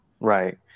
right